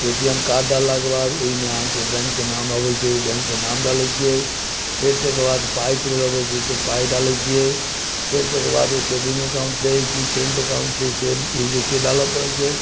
ए T M card डाललाक बाद ओइमे अहाँके बैंकेके नाम अबै छै ओइ बैंकके नाम डालै छियै फेर तकरबाद पाइ चलि अबै छै तऽ पाइ डालै छियै फेर तेकर बाद सेविंग अकाउन्ट छै की करेन्ट अकाउन्ट छै से डालऽ पड़ै छै